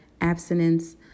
abstinence